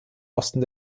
osten